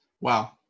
Wow